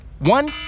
One